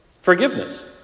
Forgiveness